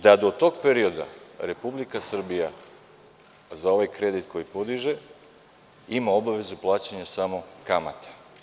Do tog perioda, Republika Srbija za ovaj kredit koji podiže ima obavezu plaćanja samo kamate.